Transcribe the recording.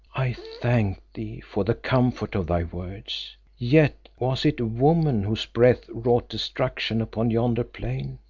i thank thee for the comfort of thy words. yet, was it woman whose breath wrought destruction upon yonder plain?